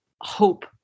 hope